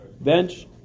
bench